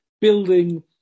building